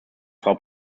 frau